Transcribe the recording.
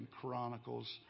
Chronicles